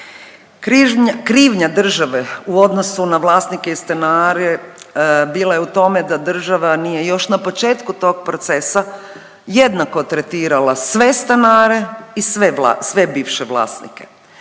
Krivnja države u odnosu na vlasnike i stanare bila je u tome da država nije još na početku tog procesa jednako tretirala sve stanare i sve bivše vlasnike.